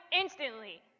instantly